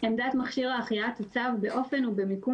" עמדת מכשיר החייאה תוצב באופן ובמיקום